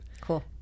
Cool